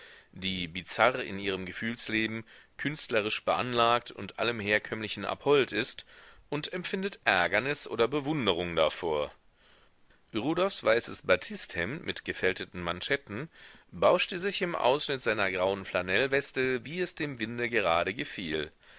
die bizarr in ihrem gefühlsleben künstlerisch beanlagt und allem herkömmlichen abhold ist und empfindet ärgernis oder bewunderung davor rudolfs weißes batisthemd mit gefälteten manschetten bauschte sich im ausschnitt seiner grauen flanellweste wie es dem winde gerade gefiel